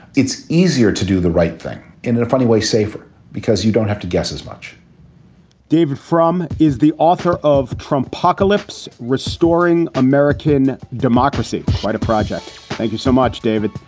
it's easier to do the right thing in in a funny way. safer because you don't have to guess as much david frum is the author of trump pocalypse restoring american democracy project thank you so much, david.